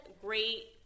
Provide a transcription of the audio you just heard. great